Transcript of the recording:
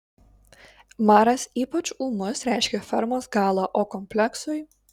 maras ypač ūmus reiškia fermos galą o kompleksui